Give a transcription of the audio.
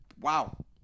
Wow